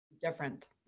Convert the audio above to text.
different